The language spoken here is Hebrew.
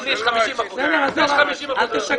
גם לי יש 50%. אל תשקר.